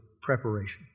preparation